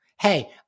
Hey